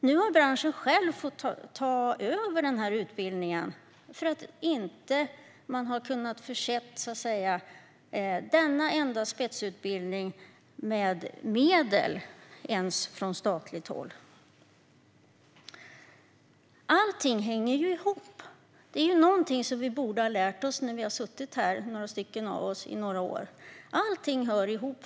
Nu har branschen själv fått ta över utbildningen därför att man från statligt håll inte ens har kunnat förse denna enda spetsutbildning med medel. Allt hänger ihop. Detta är något som vi borde ha lärt oss - vi är ju några stycken som har suttit i riksdagen i några år. Allt hör ihop.